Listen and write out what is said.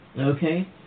Okay